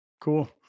cool